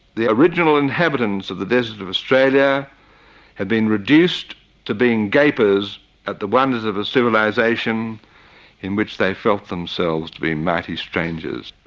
the original inhabitants of the desert of australia had been reduced to being gapers at the wonders of a civilisation in which they felt themselves to be mighty strangers.